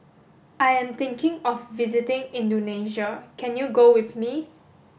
I am thinking of visiting Indonesia can you go with me